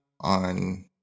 on